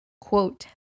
quote